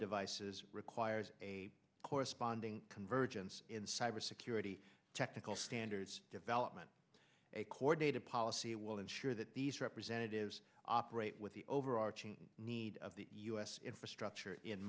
devices requires a corresponding convergence in cybersecurity technical standards development a core data policy will ensure that these representatives operate with the overarching need of the us infrastructure in